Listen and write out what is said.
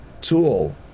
tool